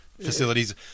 facilities